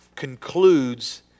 concludes